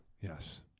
Yes